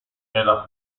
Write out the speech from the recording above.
nella